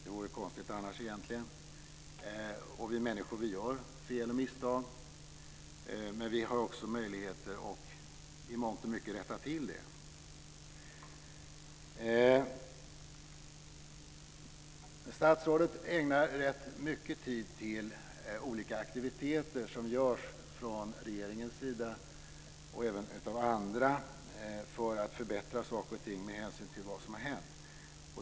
Det vore konstigt annars - vi människor gör fel och misstag. Men vi har också möjligheter att i mångt och mycket rätta till dem. Statsrådet ägnar rätt mycket tid åt olika aktiviteter som görs från regeringens sida och även från andra för att förbättra saker och ting med hänsyn till vad som har hänt.